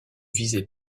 visée